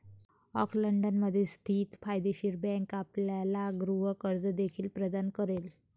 ऑकलंडमध्ये स्थित फायदेशीर बँक आपल्याला गृह कर्ज देखील प्रदान करेल